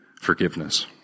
forgiveness